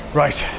right